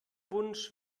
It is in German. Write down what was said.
wunsch